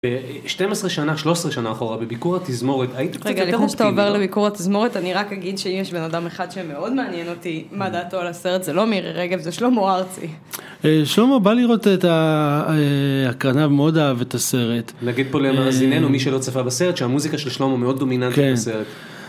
ב-12 שנה, 13 שנה אחורה, בביקורת תזמורת, הייתם קצת אקורפטיים, נכון? רגע, לטוח שאתה עובר לביקורת תזמורת, אני רק אגיד שאם יש בן אדם אחד שמאוד מעניין אותי מה דעתו על הסרט, זה לא מירי רגב, זה שלמה ארצי. שלמה בא לראות את ההקרנה, והוא מאוד אהב את הסרט. נגיד פה למאזיננו, מי שלא צפה בסרט, שהמוזיקה של שלמה מאוד דומיננטית בסרט. כן,